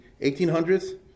1800s